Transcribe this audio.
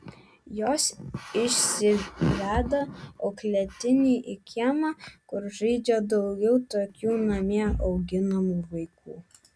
jos išsiveda auklėtinį į kiemą kur žaidžia daugiau tokių namie auginamų vaikų